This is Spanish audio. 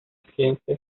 ciencia